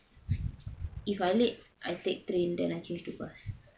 if I late I take train then I change to bus